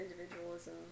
individualism